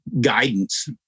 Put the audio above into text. guidance